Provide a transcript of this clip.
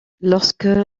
lorsque